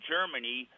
Germany